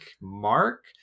Mark